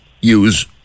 use